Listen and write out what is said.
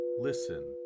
listen